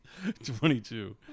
22